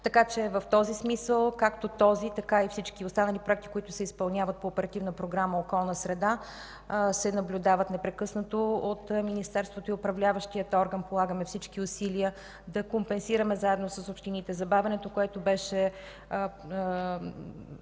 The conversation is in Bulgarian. среда. В този смисъл както този, така и всички останали проекти, които се изпълняват по Оперативна програма „Околна среда” се наблюдават непрекъснато от Министерството и от управляващия орган полагаме всички усилия да компенсираме заедно с общините забавянето, което се